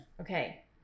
okay